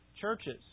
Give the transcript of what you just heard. churches